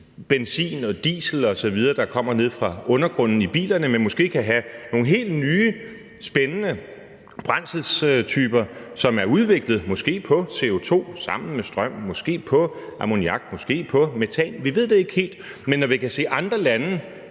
benzin og diesel osv., der kommer nede fra undergrunden, i bilerne, men måske kan have nogle helt nye spændende brændselstyper, som måske er udviklet på CO2, sammen med strøm, måske på ammoniak, måske på metan, vi ved det ikke helt – når vi kan se, at andre lande